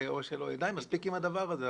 די, מספיק עם הדבר הזה.